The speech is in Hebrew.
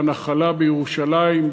והנחלה בירושלים,